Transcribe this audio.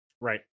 right